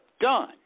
done